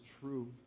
true